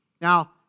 Now